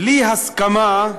בלי הסכמה,